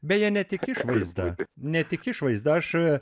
beje ne tik išvaizda ne tik išvaizda aš